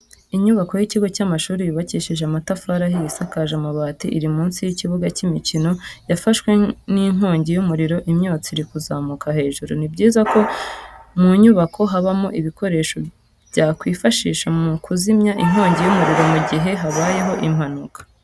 Inyubako y'ikigo cy'amashuri yubakishije amatafari ahiye isakaje amabati iri munsi y'ikibuga cy'imikino yafashwe n'inkongi y'umuriro imyotsi iri kuzamuka hejuru. Ni byiza ko mu nyubako habamo ibikoresho byakwifashisha mu kuzimya inkongi y'umuriro mu gihe habayeho impanuka.